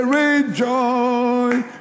rejoice